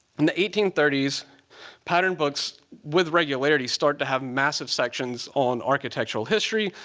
and the eighteen thirty pattern books with regularity start to have massive sections on architectural history,